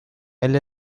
elle